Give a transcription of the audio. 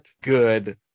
good